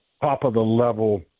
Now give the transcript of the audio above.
top-of-the-level